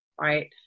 right